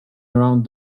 around